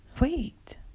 wait